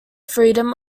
freedom